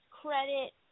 credit